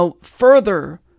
further